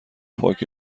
پاک